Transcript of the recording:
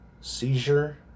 seizure